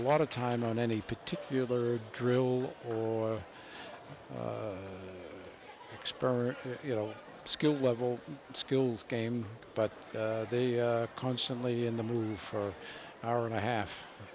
lot of time on any particular drill or experiment you know skill level skills game but they constantly in the mood for an hour and a half